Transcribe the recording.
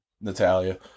Natalia